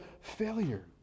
failure